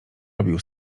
robił